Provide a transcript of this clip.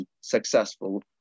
successful